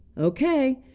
ok,